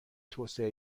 توسعه